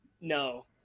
no